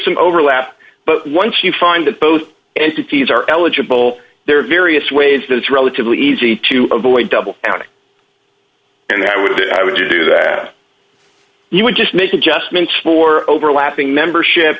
some overlap but once you find that both entities are eligible there are various ways that it's relatively easy to avoid double counting and i would i would you do that you would just make adjustments for overlapping membership